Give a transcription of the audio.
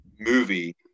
movie